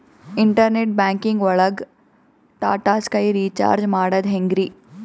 Internet banking ಒಳಗ್ Tata Sky recharge ಮಾಡದ್ ಹೆಂಗ್ರೀ?